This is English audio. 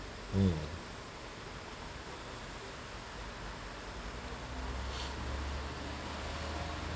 hmm